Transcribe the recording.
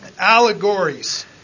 allegories